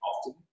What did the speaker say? often